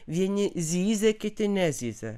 vieni zyzia kiti nezyzia